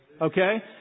Okay